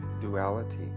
duality